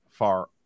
far